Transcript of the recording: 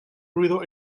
ruido